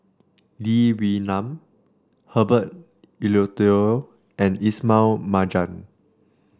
Lee Wee Nam Herbert Eleuterio and Ismail Marjan